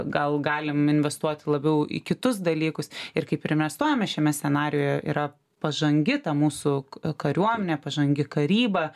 gal galim investuot labiau į kitus dalykus ir kaip ir investuojame šiame scenarijuje yra pažangi ta mūsų kariuomenė pažangi karyba